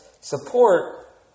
Support